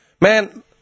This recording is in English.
Man